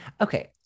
Okay